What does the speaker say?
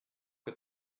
que